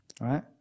right